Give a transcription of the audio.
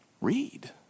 Read